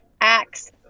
acts